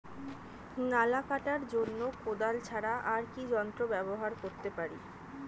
নালা কাটার জন্য কোদাল ছাড়া আর কি যন্ত্র ব্যবহার করতে পারি?